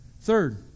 Third